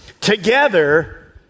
together